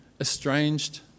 estranged